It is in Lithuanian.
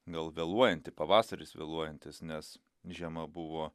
gal vėluojanti pavasaris vėluojantis nes žiema buvo